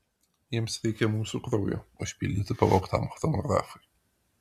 jiems reikia mūsų kraujo užpildyti pavogtam chronografui